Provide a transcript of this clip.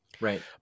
Right